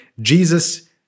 Jesus